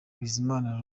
bizimana